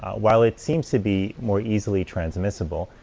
ah while it seems to be more easily transmissible,